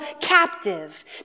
captive